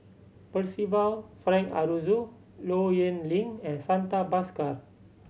Percival Frank Aroozoo Low Yen Ling and Santha Bhaskar